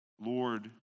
Lord